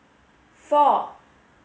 four